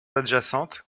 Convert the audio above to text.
adjacentes